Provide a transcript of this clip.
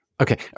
okay